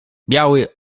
biały